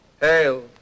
hail